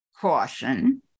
caution